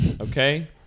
Okay